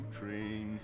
train